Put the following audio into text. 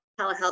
telehealth